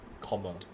comma